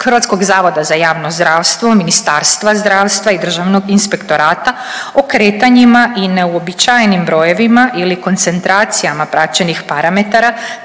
Hrvatskih voda, HZJZ, Ministarstva zdravstva i Državnog inspektorata o kretanjima i neuobičajenim brojevima ili koncentracijama praćenih parametara,